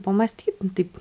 pamąsty taip